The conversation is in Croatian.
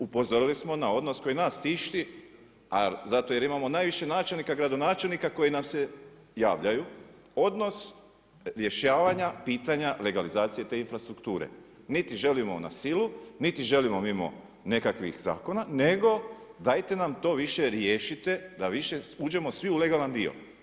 Upozorili smo na odnos koji nas tišti, zato jer imamo najviše načelnika, gradonačelnika koji nam se javljaju, odnos rješavanja pitanja legalizacije te infrastrukture niti želimo na silu, niti želimo mimo nekakvih zakona nego dajte nam to više riješite da više uđemo svi u legalan dio.